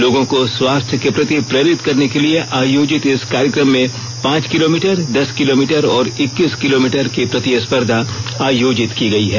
लोगों को स्वास्थ्य के प्रति प्रेरित करने के लिए आयोजित इस कार्यक्रम में पांच किलोमीटर दस किलोमीटर और इक्कीस किलोमीटर की प्रतिस्पर्धा आयोजित की गई है